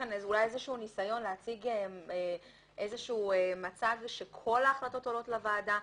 איזה שהוא ניסיון להציג איזה שהוא מצג לפיו כל ההחלטות עולות לוועדה.